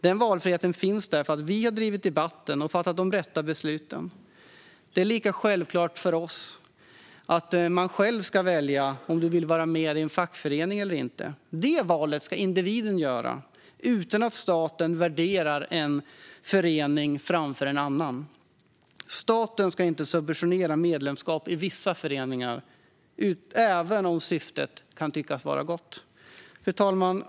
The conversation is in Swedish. Den valfriheten finns där för att vi drivit debatten och fattat de rätta besluten. Det är lika självklart för oss att man själv ska välja om man vill vara med i en fackförening eller inte. Det valet ska individen göra utan att staten värderar en förening framför en annan. Staten ska inte subventionera medlemskap i vissa föreningar även om syftet kan tyckas vara gott. Fru talman!